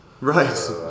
right